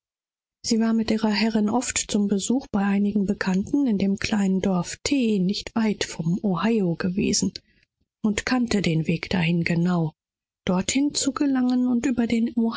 sie hatte öfters ihre herrin auf besuchen bei bekannten in dem kleinen dorfe t nicht weit vom ohioflusse begleitet und kannte den weg dahin genau dorthin zu eilen und über den